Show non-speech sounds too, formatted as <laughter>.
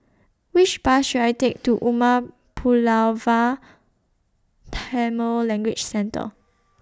Which Bus should I Take to Umar Pulavar <unintelligible> Language Centre